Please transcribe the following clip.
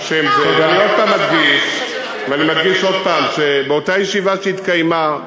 ואני מדגיש עוד הפעם, שבאותה ישיבה שהתקיימה,